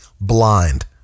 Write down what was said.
blind